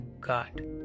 god